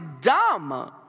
dumb